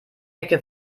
ecke